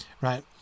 Right